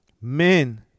men